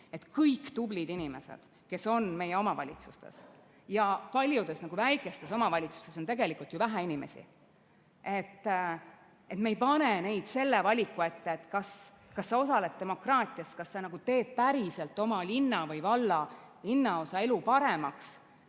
kõik tublid inimesed, kes on meie omavalitsustes – ja paljudes väikestes omavalitsustes on tegelikult ju vähe inimesi –, et me ei pane neid selle valiku ette, kas sa osaled demokraatias, kas sa teed päriselt oma linna või valla või linnaosa elu paremaks,